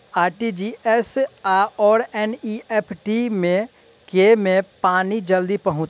RTGS आओर NEFT मे केँ मे पानि जल्दी पहुँचत